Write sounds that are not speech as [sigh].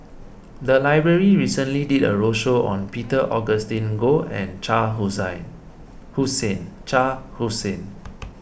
the library recently did a roadshow on Peter Augustine Goh and Shah [unintelligible] Hussain Shah Hussain